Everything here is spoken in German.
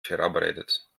verabredet